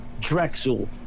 Drexel